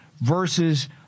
versus